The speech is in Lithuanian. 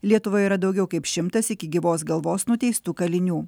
lietuvoje yra daugiau kaip šimtas iki gyvos galvos nuteistų kalinių